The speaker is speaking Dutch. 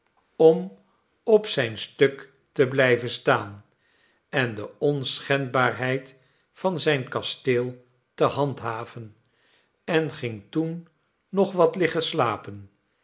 om op zijn stuk te blijven staan en de onschendbaarheid van zijn kasteel te handhaven en ging toen nog wat liggen slapen